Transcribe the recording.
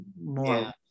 more